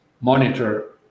monitor